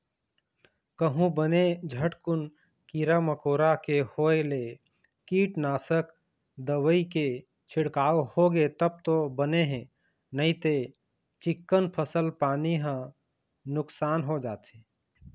कहूँ बने झटकुन कीरा मकोरा के होय ले कीटनासक दवई के छिड़काव होगे तब तो बने हे नइते चिक्कन फसल पानी ह नुकसान हो जाथे